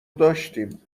داشتیم